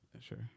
Sure